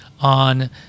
on